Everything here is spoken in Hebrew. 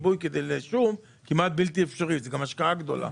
זה כמעט בלתי אפשרי, זו גם השקעה גדולה.